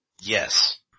Yes